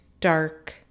dark